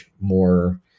more